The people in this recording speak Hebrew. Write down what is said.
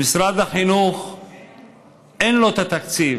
למשרד החינוך אין את התקציב